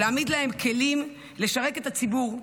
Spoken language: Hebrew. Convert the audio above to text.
להעמיד להם כלים לשרת את הציבור.